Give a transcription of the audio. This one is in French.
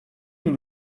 nous